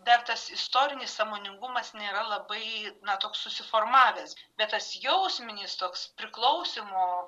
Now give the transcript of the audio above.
dar tas istorinis sąmoningumas nėra labai na toks susiformavęs bet tas jausminis toks priklausymo